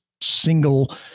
single